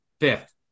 fifth